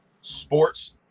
sports